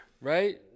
Right